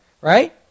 right